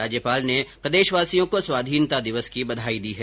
राज्यपाल ने प्रदेशवासियों को स्वाधीनता दिवस की बधाई दी है